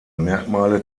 merkmale